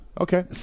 Okay